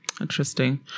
Interesting